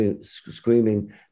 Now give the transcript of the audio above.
screaming